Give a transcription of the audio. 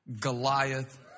Goliath